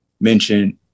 mentioned